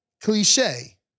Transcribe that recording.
Cliche